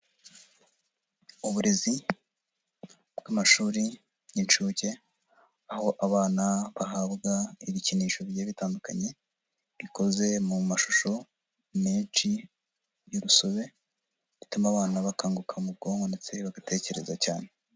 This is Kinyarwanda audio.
Uburezi bw'amashuri y'inshuke, aho abana bahabwa ibikinisho bigiye bitandukanye, bikoze mu mashusho menshi y'urusobe, bituma abana bakanguka mu bwonko ndetse bagatekereza cyane.